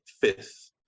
fifth